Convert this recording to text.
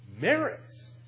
merits